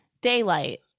Daylight